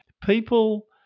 people